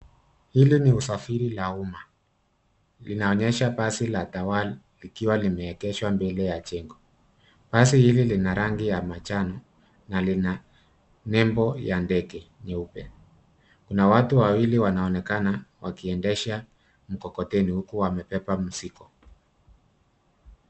Hili ni usafiri la umma. Linaonyesha basi la Tawakal likiwa limeegeshwa mbele ya jengo. Basi hili lina rangi ya manjano na lina nembo ya ndege nyeupe. Kuna watu wawili wanaonekana wakiendesha mkokoteni huku wamebeba mizigo.